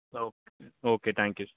okay okay thank you sir